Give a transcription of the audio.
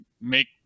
make